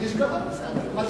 איש גדול, בסדר, אבל תקציב נמוך.